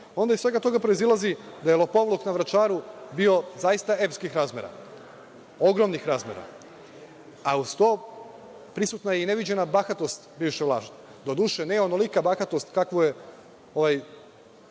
onda iz svega toga proizilazi da je lopovluk na Vračaru bio zaista epskih razmera, ogromnih razmera, a uz to prisutna je i neviđena bahatost bivše vlasti. Doduše, ne onolika bahatost kakvu je